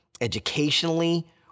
educationally